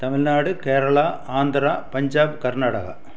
Tamil Nadu Kerala Andhra Punjab Karnataka